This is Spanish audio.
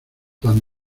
tan